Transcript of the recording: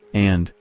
and,